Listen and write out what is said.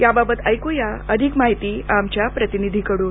याबाबत ऐक्या अधिक माहिती आमच्या प्रतिनिधीकडून